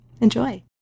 Enjoy